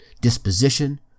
disposition